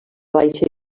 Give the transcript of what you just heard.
baixa